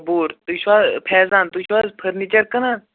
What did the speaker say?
بوٗر تُہۍ چھُو حظ فیزان تُہۍ چھُو حظ فٔرنیٖچَر کٕنان